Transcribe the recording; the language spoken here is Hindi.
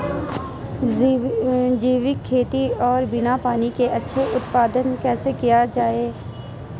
जैविक खेती और बिना पानी का अच्छा उत्पादन कैसे किया जाए?